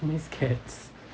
I miss cats